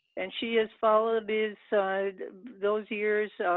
and she has followed inside those years so